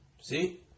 see